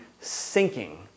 sinking